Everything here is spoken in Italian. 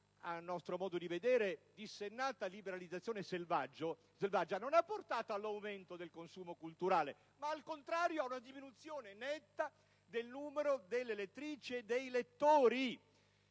a nostro modo di vedere - dissennata liberalizzazione selvaggia non ha portato ad un aumento del consumo culturale, ma anzi ad una riduzione netta del numero delle lettrici e dei lettori.